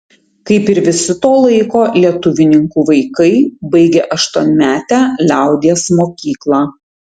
kaip ir visi to laiko lietuvininkų vaikai baigė aštuonmetę liaudies mokyklą